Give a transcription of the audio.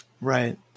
Right